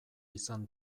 izan